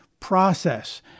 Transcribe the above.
process